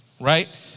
right